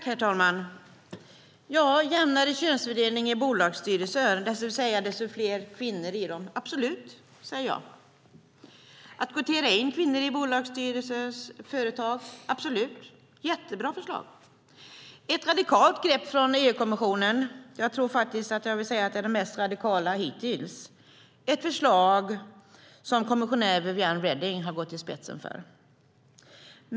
Herr talman! Jämnare könsfördelning i bolagsstyrelser, det vill säga fler kvinnor i dem - absolut, säger jag. Att kvotera in kvinnor i företags bolagsstyrelser är ett jättebra förslag. Det är ett radikalt grepp från EU-kommissionen. Jag tror faktiskt att jag vill säga att det är det mest radikala hittills. Det är ett förslag som kommissionär Viviane Reding har gått i spetsen för.